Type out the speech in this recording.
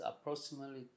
approximately